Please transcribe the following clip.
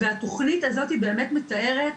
התוכנית הזאת באמת מציירת